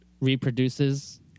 reproduces